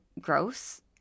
gross –